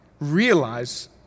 Realize